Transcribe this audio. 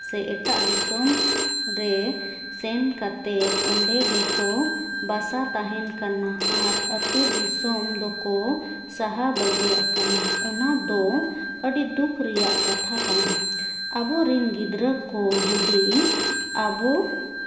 ᱥᱮ ᱮᱴᱟᱜ ᱫᱤᱥᱚᱢ ᱨᱮ ᱥᱮᱱ ᱠᱟᱛᱮᱫ ᱚᱸᱰᱮ ᱜᱮᱠᱚ ᱵᱟᱥᱟ ᱛᱟᱦᱮᱱ ᱠᱟᱱᱟ ᱟᱨ ᱟᱛᱳ ᱫᱤᱥᱚᱢ ᱫᱚᱠᱚ ᱥᱟᱦᱟ ᱵᱟᱹᱜᱤᱭᱟᱜ ᱠᱟᱱᱟ ᱚᱱᱟᱫᱚ ᱟᱹᱰᱤ ᱫᱩᱠ ᱨᱮᱭᱟᱜ ᱠᱟᱛᱷᱟ ᱠᱟᱱᱟ ᱟᱵᱚ ᱨᱮᱱ ᱜᱤᱫᱽᱨᱟᱹ ᱠᱚ ᱡᱩᱫᱤ ᱟᱵᱚ